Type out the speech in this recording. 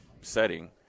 setting